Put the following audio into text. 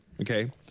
Okay